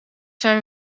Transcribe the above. zijn